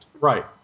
Right